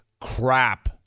crap